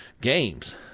games